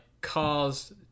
cars